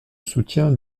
soutien